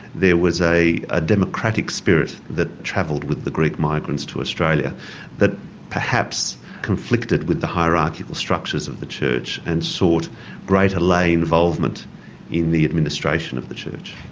there was a ah democratic spirit that travelled with the greek migrants to australia that perhaps conflicted with the hierarchical structures of the church and sought greater lay involvement in the administration of the church.